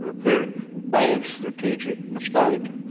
but very bad strategic mistake